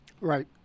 Right